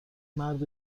مرد